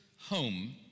home